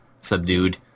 subdued